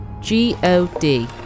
G-O-D